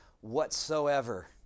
whatsoever